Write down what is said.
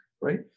right